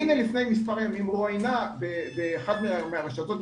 והנה לפני כמה ימים רואיינה באחד מהרשתות,